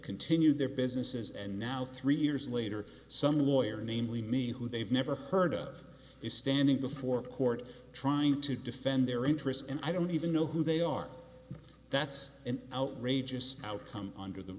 continue their businesses and now three years later some lawyer namely me who they've never heard of is standing before a court trying to defend their interests and i don't even know who they are that's an outrageous outcome under the